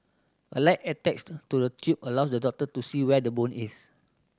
a light attached to the tube allows the doctor to see where the bone is